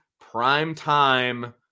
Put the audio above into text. prime-time